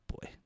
boy